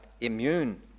immune